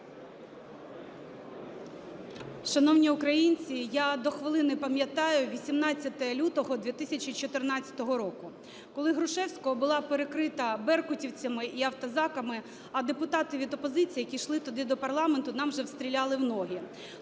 Шановні українці, я до хвилини пам'ятаю 18 лютого 2014 року, коли Грушевського була перекрита беркутівцями і автозаками, а депутати від опозиції, які йшли туди до парламенту, нам вже стріляли в ноги.